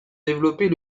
développer